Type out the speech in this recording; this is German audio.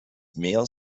mehr